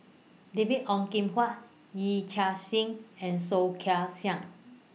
David Ong Kim Huat Yee Chia Hsing and Soh Kay Siang